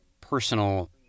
personal